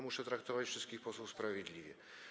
Muszę traktować wszystkich posłów sprawiedliwie.